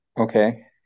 Okay